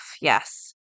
yes